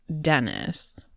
dennis